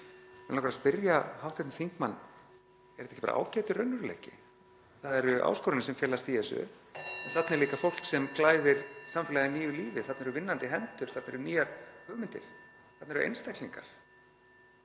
langar að spyrja hv. þingmann: Er þetta ekki bara ágætur raunveruleiki? Það eru áskoranir sem felast í þessu en þarna er líka fólk sem glæðir samfélagið nýju lífi. Þarna eru vinnandi hendur, þarna eru nýjar hugmyndir. (Forseti hringir.)